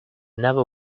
never